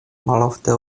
malofte